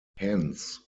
hence